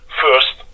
first